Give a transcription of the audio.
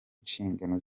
inshingano